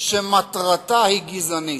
שמטרתה גזענית.